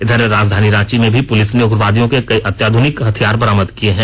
इधर राजधानी रांची में भी पुलिस ने उग्रवादियों के कई अत्याधुनिक हथियार बरामद किए हैं